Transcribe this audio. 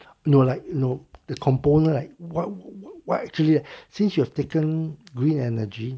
no like nope the component I what what what actually since you have taken green energy